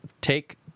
take